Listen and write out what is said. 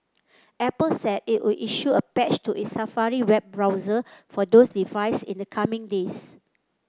Apple said it would issue a patch to its Safari web browser for those device in the coming days